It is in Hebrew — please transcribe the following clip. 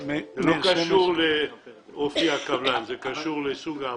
זה לא קשור לאופי הקבלן אלא לסוג העבודה.